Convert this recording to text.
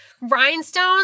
rhinestones